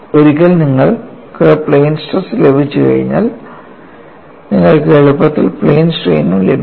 ഒരിക്കൽ നിങ്ങൾക്ക് plane stress ലഭിച്ചാൽ നിങ്ങൾക്ക് എളുപ്പത്തിൽ പ്ലെയിൻ സ്ട്രെയിനും ലഭിക്കും